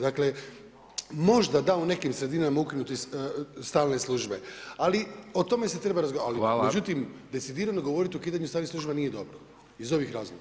Dakle možda da u nekim sredinama ukinuti stalne službe, ali o tome se treba razgovarati ali međutim decidirano govoriti o ukidanju stalna služba nije dobro, iz ovih razloga.